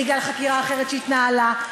בגלל חקירה אחרת שהתנהלה,